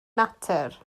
natur